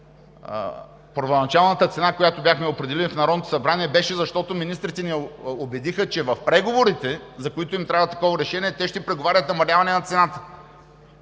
първоначалната цена, която бяхме определили в Народното събрание, беше, защото министрите ни убедиха, че в преговорите, за които им трябва такова решение, те ще преговарят намаляване на цената.